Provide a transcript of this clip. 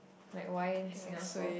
like why in Singapore